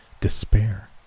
despair